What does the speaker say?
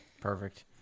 Perfect